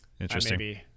interesting